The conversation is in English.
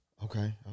Okay